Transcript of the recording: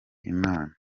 imana